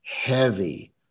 heavy